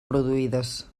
produïdes